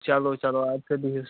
چلو چلو اَدٕ سا بِہو